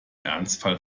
ernstfall